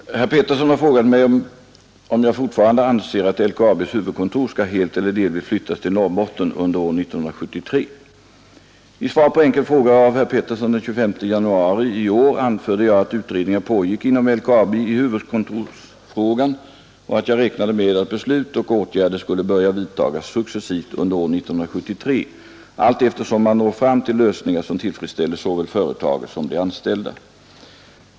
Herr talman! Herr Petersson i Gäddvik har frägat mig om jag fortfarande anser att LKAB:s huvudkontor skall helt eller delvis flyttas till Norrbotten under år 1973. I svar på enkel fråga av herr Petersson den 25 januari i år anförde jag att utredningar pågick inom LKAB i huvudkontorsfrågan och att jag räknade med att beslut och åtgärder skulle börja vidtagas successivt under år 1973 allteftersom man når fram till lösningar som tillfredsställer såväl företaget som de anställda.